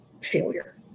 failure